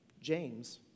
James